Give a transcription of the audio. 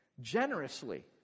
generously